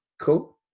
cool